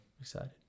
excited